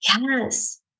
Yes